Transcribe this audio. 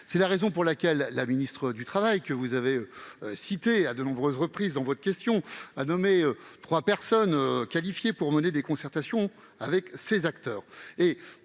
C'est la raison pour laquelle la ministre du travail, que vous avez citée à de nombreuses reprises, a nommé trois personnes qualifiées pour mener des concertations avec ces acteurs.